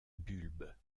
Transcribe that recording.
bulbe